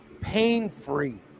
pain-free